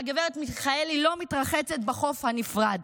והגברת מיכאלי לא מתרחצת בחוף הנפרד.